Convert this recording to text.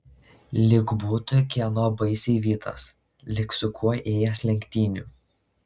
lyg būtų kieno baisiai vytas lyg su kuo ėjęs lenktynių